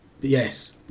Yes